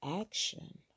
action